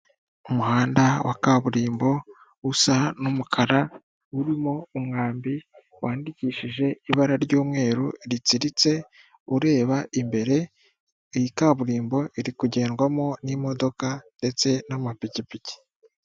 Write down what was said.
Umuhanda wa kaburimbo usa n'umukara urimo umwambi wandikishije ibara ry'umweru ritsiritse ureba imbere, iyi kaburimbo iri kugendwamo n'imodoka ndetse n'amapikipiki.